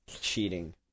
cheating